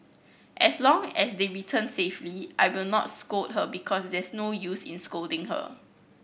as long as they return safely I will not scold her because there's no use in scolding her